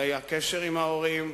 והיה קשר עם ההורים.